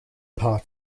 part